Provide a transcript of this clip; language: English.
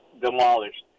demolished